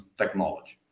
technology